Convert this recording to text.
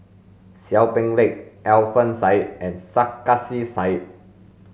Seow Peck Leng Alfian Sa'at and Sarkasi Said